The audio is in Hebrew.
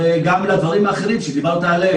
וגם לדברים האחרים שדיברת עליהם,